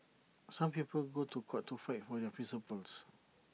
some people go to court to fight for their principles